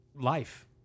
life